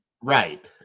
Right